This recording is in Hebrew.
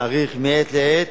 להאריך מעת לעת.